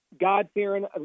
God-fearing